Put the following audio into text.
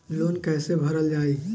Loan कैसे भरल जाइ?